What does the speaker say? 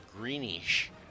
greenish